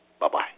Bye-bye